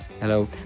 Hello